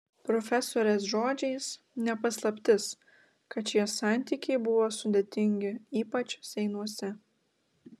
profesorės žodžiais ne paslaptis kad šie santykiai buvo sudėtingi ypač seinuose